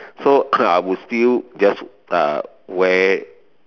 so I would still just uh wear